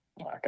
Okay